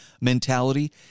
mentality